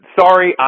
sorry